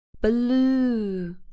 Blue